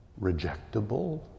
rejectable